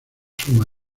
suma